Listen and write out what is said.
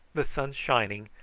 the sun shining,